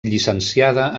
llicenciada